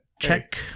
Check